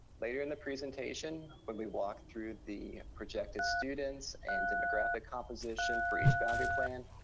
later in the presentation, when we walk through the projected students and demographic composition for each boundary plan,